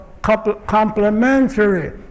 complementary